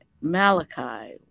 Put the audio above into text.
Malachi